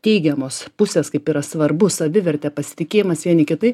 teigiamos pusės kaip yra svarbu savivertė pasitikėjimas vieni kitai